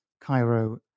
Cairo